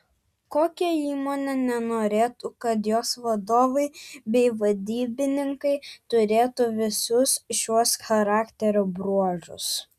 kokia įmonė nenorėtų kad jos vadovai bei vadybininkai turėtų visus šiuos charakterio bruožus